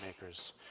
makers